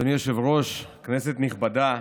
אדוני היושב-ראש, כנסת נכבדה,